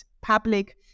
public